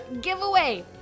giveaway